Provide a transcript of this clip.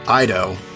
Ido